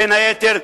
בין היתר,